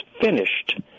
finished